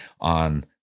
on